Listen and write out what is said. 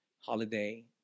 holiday